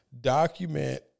document